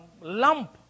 lump